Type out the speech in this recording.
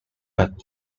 but